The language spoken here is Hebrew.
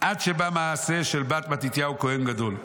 עד שבא מעשה של בת מתתיהו כוהן גדול,